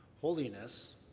Holiness